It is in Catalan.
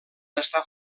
estar